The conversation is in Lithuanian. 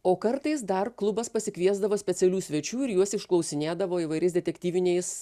o kartais dar klubas pasikviesdavo specialių svečių ir juos išklausinėdavo įvairiais detektyviniais